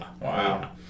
Wow